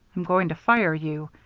i'm going to fire you.